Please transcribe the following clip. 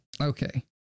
Okay